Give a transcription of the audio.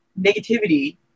negativity